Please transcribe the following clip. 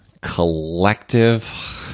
collective